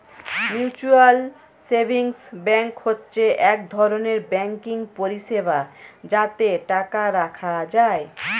mutual savings bank হচ্ছে এক ধরনের ব্যাঙ্কিং পরিষেবা যাতে টাকা রাখা যায়